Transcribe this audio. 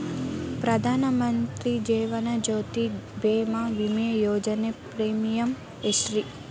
ಪ್ರಧಾನ ಮಂತ್ರಿ ಜೇವನ ಜ್ಯೋತಿ ಭೇಮಾ, ವಿಮಾ ಯೋಜನೆ ಪ್ರೇಮಿಯಂ ಎಷ್ಟ್ರಿ?